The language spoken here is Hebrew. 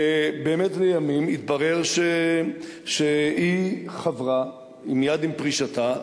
ובאמת לימים התברר שהיא חברה מייד עם פרישתה,